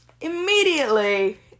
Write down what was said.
immediately